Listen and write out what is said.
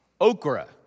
okra